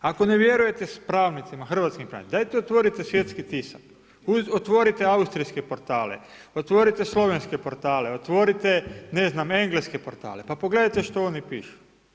Ako ne vjerujete pravnicima, hrvatskim pravnicima, dajte otvorite svjetski tisak, otvorite austrijske portale, otvorite slovenske portale, otvorite ne znam, engleske portale pa pogledajte što oni pišu.